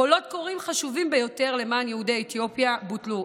קולות קוראים חשובים ביותר למען יהודי אתיופיה בוטלו.